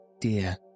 dear